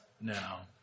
now